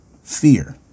fear